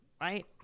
right